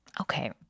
okay